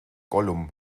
gollum